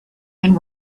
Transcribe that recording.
and